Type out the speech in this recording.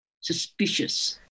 Suspicious